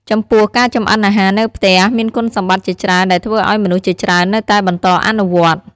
ចំពោះ ការចម្អិនអាហារនៅផ្ទះមានគុណសម្បត្តិជាច្រើនដែលធ្វើឱ្យមនុស្សជាច្រើននៅតែបន្តអនុវត្ត។